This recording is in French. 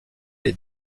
les